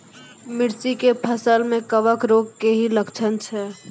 मिर्ची के फसल मे कवक रोग के की लक्छण छै?